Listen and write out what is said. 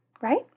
right